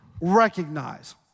recognize